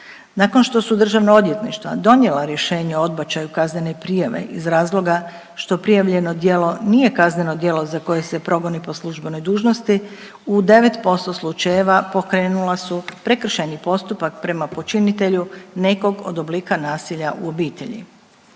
Nakon što su državna odvjetništva donijela rješenja o odbačaju kaznene prijave iz razloga što prijavljeno djelo nije kazneno djelo za koje se progoni po službenoj dužnosti u 9% slučajeva pokrenula su prekršajni postupak prema počinitelju nekog od oblika nasilja u obitelji.